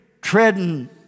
treading